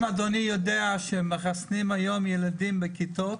אדוני יודע שהיום מחסנים ילדים בכיתות